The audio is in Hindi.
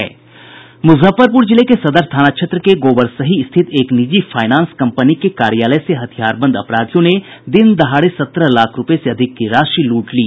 मुजफ्फरपुर जिले के सदर थाना क्षेत्र के गोबरसही स्थित एक निजी फाइनांस कंपनी के कार्यालय से हथियारबंद अपराधियों ने दिन दहाड़े सत्रह लाख रूपये से अधिक की राशि लूट ली